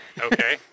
Okay